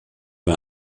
bei